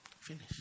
Finish